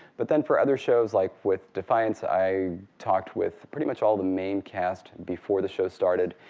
but then for other shows, like with defiance, i talked with pretty much all the main cast before the show started,